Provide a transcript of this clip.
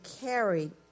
carried